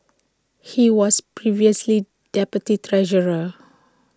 he was previously deputy treasurer